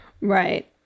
Right